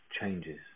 changes